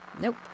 nope